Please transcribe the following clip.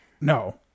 No